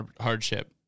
hardship